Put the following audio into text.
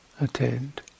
attend